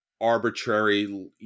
arbitrary